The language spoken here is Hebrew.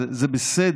אז זה בסדר,